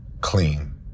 clean